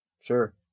Sure